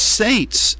saints